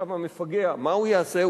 המפגע, מה הוא יעשה?